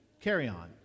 carry-on